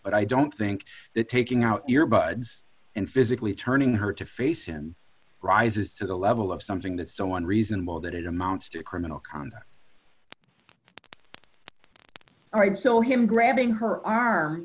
but i don't think that taking out your buds and physically turning her to face him rises to the level of something that someone reasonable that it amounts to criminal conduct all right so him grabbing her arm